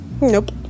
nope